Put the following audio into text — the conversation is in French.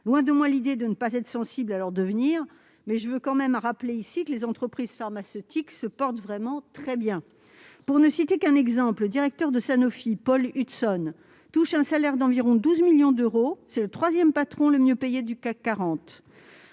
Loin de moi l'idée de ne pas être sensible à leur devenir, mais je rappelle tout de même que les entreprises pharmaceutiques se portent vraiment très bien. Ainsi, directeur de Sanofi, Paul Hudson, touche un salaire annuel d'environ 12 millions d'euros ; il est le troisième patron le mieux payé du CAC 40.